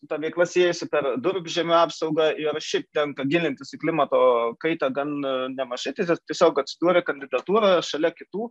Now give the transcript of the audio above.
ta veikla siejasi per durpžemio apsaugą ir šiaip tenka gilintis į klimato kaitą gan nemažai tiesiog tiesiog atsidūrė kandidatūra šalia kitų